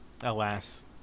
Alas